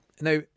now